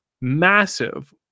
massive